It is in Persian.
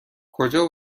کجا